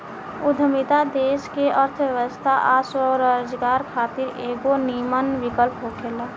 उद्यमिता देश के अर्थव्यवस्था आ स्वरोजगार खातिर एगो निमन विकल्प होखेला